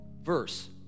verse